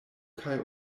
kaj